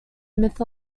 myth